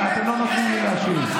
אבל אתם לא נותנים לי להשיב.